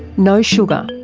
no sugar,